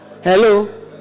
Hello